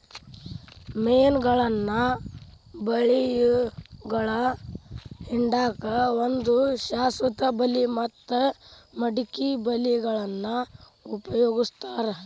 ಮೇನಗಳನ್ನ ಬಳಿಯೊಳಗ ಹಿಡ್ಯಾಕ್ ಒಂದು ಶಾಶ್ವತ ಬಲಿ ಮತ್ತ ಮಡಕಿ ಬಲಿಗಳನ್ನ ಉಪಯೋಗಸ್ತಾರ